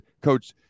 coach